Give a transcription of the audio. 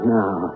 now